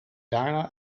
daarna